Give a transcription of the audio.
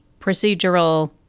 procedural